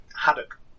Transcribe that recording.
Haddock